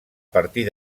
partir